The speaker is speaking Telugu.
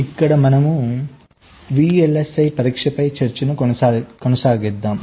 ఇక్కడ మనము VLSI పరీక్షపై చర్చను కొనసాగిద్దాం